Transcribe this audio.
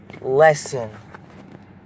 lesson